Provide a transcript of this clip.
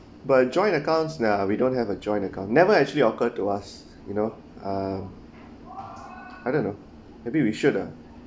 but joint accounts nah we don't have a joint account never actually occur to us you know uh I don't know maybe we should ah